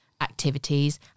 activities